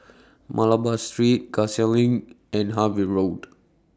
Malabar Street Cassia LINK and Harvey Road